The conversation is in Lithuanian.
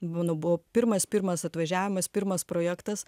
pamenu buvo pirmas pirmas atvažiavimas pirmas projektas